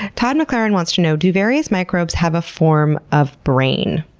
todd mclaren wants to know do various microbes have a form of brain?